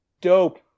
dope